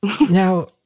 Now